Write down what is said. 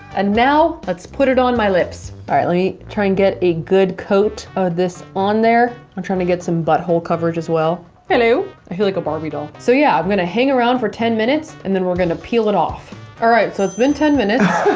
and now let's put it on my lips all right let me try and get a good coat of this on there. i'm trying to get some butthole coverage as well i know i feel like a barbie doll. so yeah, i'm gonna hang around for ten minutes and then we're gonna peel it off alright, so it's been ten minutes